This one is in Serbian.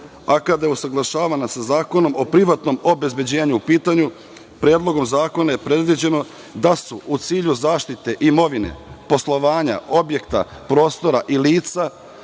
a kada je usaglašavanje sa Zakonom o privatnom obezbeđenju u pitanju, predlogom zakona je predviđeno da su u cilju zaštite imovine, poslovanja objekta, prostora i lica